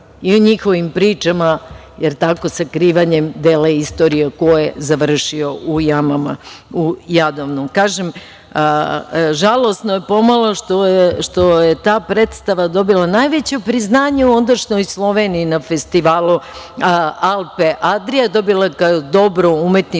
i o njihovim pričama, jer tako sakrivanjem dela istorije ko je završio u jamama u Jadovnu. Kažem, žalosno je po malo što je ta predstava dobila najveće priznanje u ondašnjoj Sloveniji na festivalu „Alpe-Adria“, dobila kao dobro umetničko